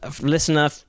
listener